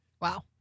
Wow